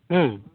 ᱦᱮᱸ